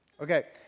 Okay